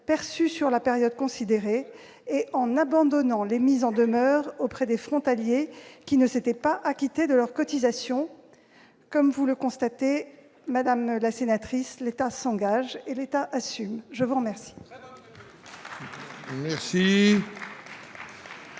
perçues sur la période considérée ... Très bien !... et en abandonnant les mises en demeure auprès des frontaliers qui ne s'étaient pas acquittés de leurs cotisations. Comme vous le constatez, madame la sénatrice, l'État s'engage et l'État assume ! Très bonne